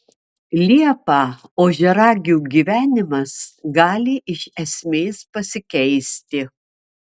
liepą ožiaragių gyvenimas gali iš esmės pasikeisti